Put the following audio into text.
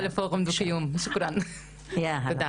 תודה,